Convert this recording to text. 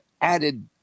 added